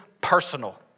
personal